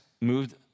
moved